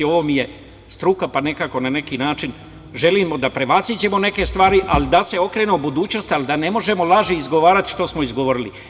Ovo mi je struka, pa na neki način želimo da prevaziđemo neke stvari, ali da se okrenemo budućnosti, i da ne možemo laži izgovarati što smo izgovorili.